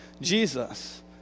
Jesus